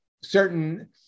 certain